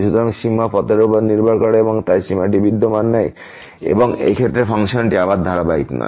সুতরাং সীমা পথের উপর নির্ভর করে এবং তাই সীমাটি বিদ্যমান নেই এবং এই ক্ষেত্রে ফাংশনটি আবার ধারাবাহিক নয়